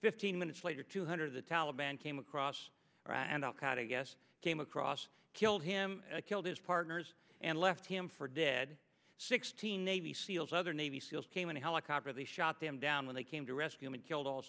fifteen minutes later two hundred the taliban came across and al qaida guess came across killed him killed his partners and left him for dead sixteen navy seals other navy seals came in a helicopter they shot them down when they came to rescue him and killed all